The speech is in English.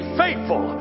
faithful